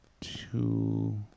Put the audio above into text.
two